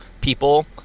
people